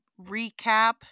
recap